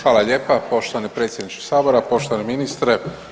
Hvala lijepa poštovani predsjedniče Sabora, poštovani ministre.